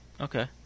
Okay